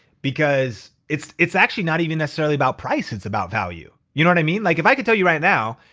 because it's it's actually not even necessarily about price, it's about value. you know what i mean? like if i can tell you right now,